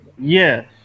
Yes